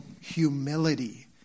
humility